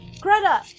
Greta